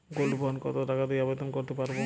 Gold bond কত টাকা দিয়ে আবেদন করতে পারবো?